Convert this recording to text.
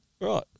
Right